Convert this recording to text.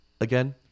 Again